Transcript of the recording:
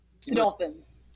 Dolphins